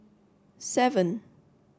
seven